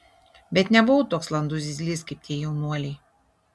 bet nebuvau toks landus zyzlys kaip tie jaunuoliai